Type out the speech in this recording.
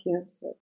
cancer